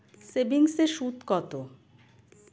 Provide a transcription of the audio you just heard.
সেভিংসে সুদ কত?